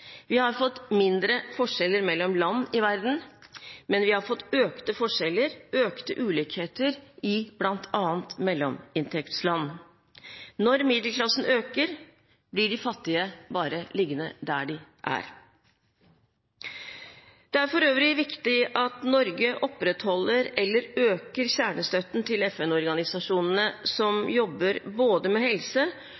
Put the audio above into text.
Vi har fått mindre forskjeller mellom land i verden, men vi har fått økte forskjeller, økte ulikheter, i bl.a. mellominntektsland. Når middelklassen øker, blir de fattige bare liggende der de er. Det er for øvrig viktig at Norge opprettholder eller øker kjernestøtten til FN-organisasjonene som